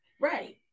Right